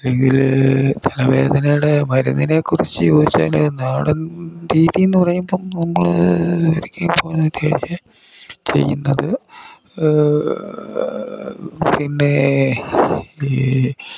അല്ലെങ്കിൽ തലവേദനയുടെ മരുന്നിനെക്കുറിച്ച് ചോദിച്ചാൽ നാടൻ രീതി എന്ന് പറയുമ്പം നമ്മൾ ഒരിക്കെ ചെയ്യുന്നത് പിന്നെ ഈ